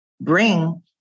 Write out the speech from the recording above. bring